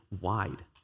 wide